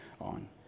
on